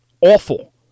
awful